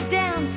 down